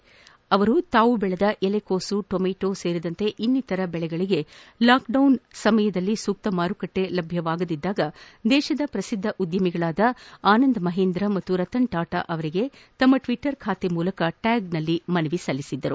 ರೈತ ತಾನು ಬೆಳೆದ ಎಲೆಕೋಸು ಟೊಮೇಟೊ ಸೇರಿದಂತೆ ಇನ್ನಿತರ ಬೆಳೆಗಳಿಗೆ ಲಾಕ್ ಡೌನ್ ಸಂದರ್ಭದಲ್ಲಿ ಸೂಕ್ತ ಮಾರುಕಟ್ಟೆ ಲಭ್ಯವಾಗದಿದ್ದಾಗ ದೇಶದ ಪ್ರಸಿದ್ದ ಉದ್ಯಮಿಗಳಾದ ಆನಂದ್ ಮಹೇಂದ್ರ ಹಾಗೂ ರತನ್ ಟಾಟಾರವರಿಗೆ ತಮ್ಮ ಟ್ವೀಟರ್ ಖಾತೆ ಮೂಲಕ ಟ್ಯಾಗ್ ಮಾಡಿ ಮನವಿ ಸಲ್ಲಿದ್ದಾರೆ